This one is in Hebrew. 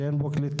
שאין לו קליטה.